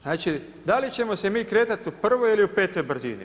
Znači, da li ćemo se mi kretati u prvoj ili petoj brzini.